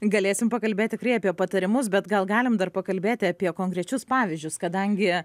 galėsim pakalbėt tikrai apie patarimus bet gal galim dar pakalbėti apie konkrečius pavyzdžius kadangi